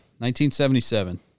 1977